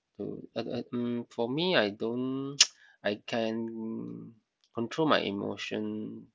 mm at at mm for me I don't I can control my emotion